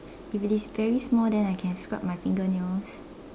if it is very small then I can scrub my finger nails